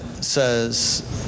says